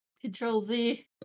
Control-Z